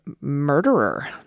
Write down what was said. murderer